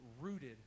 rooted